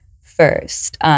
first